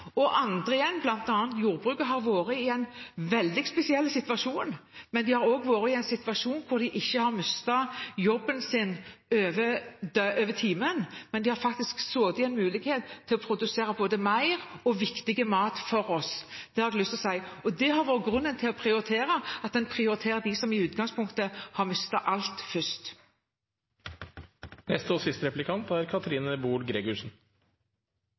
Og andre, bl.a. innen jordbruket, har vært i en veldig spesiell situasjon, men de har ikke vært i en situasjon der de har mistet jobben på timen, men de har faktisk hatt en mulighet til å produsere både mer og viktig mat for oss. Det har jeg lyst til å si. Og det har vært grunnen til prioriteringen – at man prioriterer dem som i utgangspunktet har mistet alt,